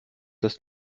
dass